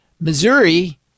Missouri